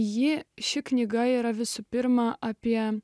ji ši knyga yra visų pirma apie